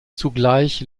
zugleich